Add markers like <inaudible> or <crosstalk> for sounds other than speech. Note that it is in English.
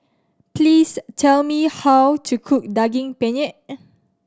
please tell me how to cook Daging Penyet <noise>